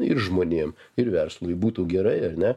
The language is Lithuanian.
ir žmonėm ir verslui būtų gerai ar ne